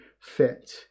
fit